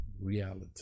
reality